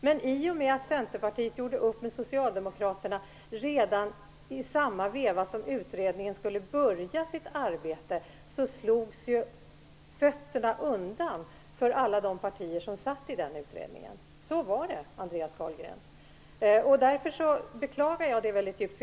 Men i och med att Centerpartiet gjorde upp med Socialdemokraterna redan i samma veva som utredningen skulle börja sitt arbete, slogs fötterna undan för alla de partier som satt i den utredningen. Så var det, Andreas Carlgren. Jag beklagar det djupt.